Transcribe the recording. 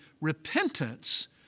repentance